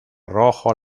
rojo